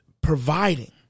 providing